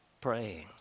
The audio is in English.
praying